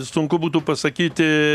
sunku būtų pasakyti